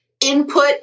input